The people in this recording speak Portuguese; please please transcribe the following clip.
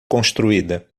construída